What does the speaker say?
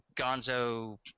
gonzo